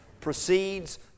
proceeds